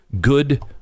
Good